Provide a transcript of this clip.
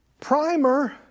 primer